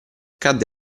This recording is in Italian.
cadde